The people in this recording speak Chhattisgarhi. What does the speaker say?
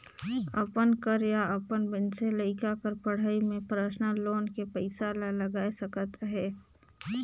अपन कर या अपन मइनसे लइका कर पढ़ई में परसनल लोन के पइसा ला लगाए सकत अहे